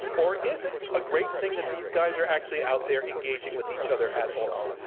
or is it a great thing that these guys are actually out there engaging with each other at all?